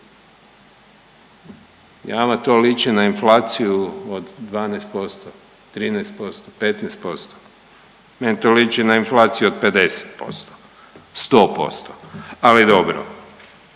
i vama to liči na inflaciju od 12%, 13%, 15%? Meni to liči na inflaciju od 50%, 100%, ali dobro.